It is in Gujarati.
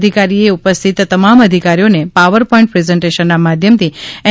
અધિકારીએ ઉપસ્થિત તમામ અધિકારીશ્રીઓને પાવરપોઈન્ટ પ્રેઝન્ટેશનના માધ્યમથી એન